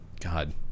god